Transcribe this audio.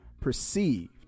perceived